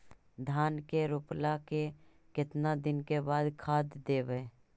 धान के रोपला के केतना दिन के बाद खाद देबै?